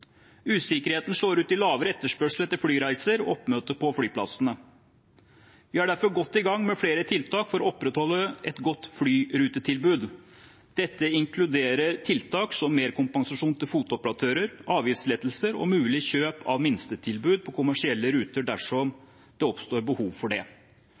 Usikkerheten slår ut i lavere etterspørsel etter flyreiser og lavere oppmøte på flyplassene. Vi er derfor godt i gang med flere tiltak for å opprettholde et godt flyrutetilbud. Dette inkluderer tiltak som merkompensasjon til FOT-ruteoperatører, avgiftslettelser og mulig kjøp av minstetilbud på kommersielle ruter dersom det oppstår behov for det.